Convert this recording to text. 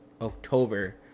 October